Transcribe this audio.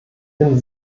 bin